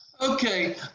Okay